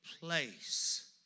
place